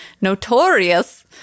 notorious